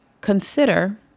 Consider